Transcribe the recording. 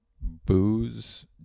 booze